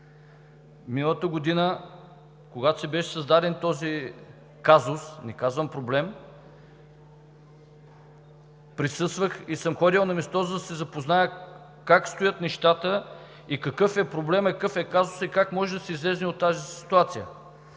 Миналата година, когато беше създаден този казус, не казвам проблем, присъствах и съм ходил на място, за да се запозная как стоят нещата и какъв е проблемът, какъв е казусът и как може да се излезе от тази ситуация.